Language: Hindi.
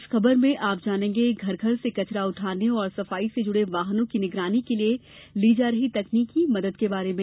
इस खबर में आप जानेंगें घर घर से कचरा उठाने और सफाई से जुड़े वाहनों की निगरानी के लिये ली जा रही तकनीकी मदद के बारे में